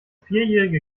vierjährige